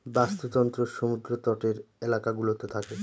বাস্তুতন্ত্র সমুদ্র তটের এলাকা গুলোতে থাকে